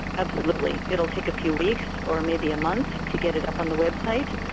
absolutely. it will take a few weeks, or maybe a month, to get it up on the website.